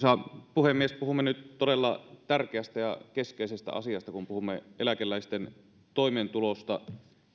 puhemies puhumme nyt todella tärkeästä ja keskeisestä asiasta kun puhumme eläkeläisten toimeentulosta